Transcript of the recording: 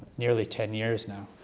nearly ten years now.